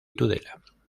tudela